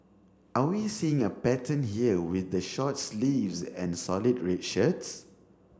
are we seeing a pattern here with the short sleeves and solid red shirts